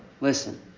Listen